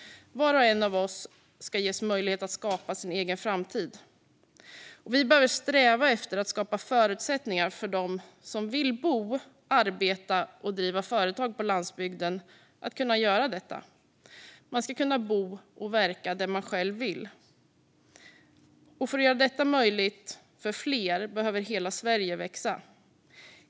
Var och en av oss ska ges möjlighet att skapa sin egen framtid. Vi behöver sträva efter att skapa förutsättningar för dem som vill bo, arbeta och driva företag på landsbygden att kunna göra detta. Man ska kunna bo och verka där man själv vill. För att göra detta möjligt för fler behöver hela Sverige växa.